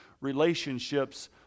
relationships